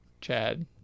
Chad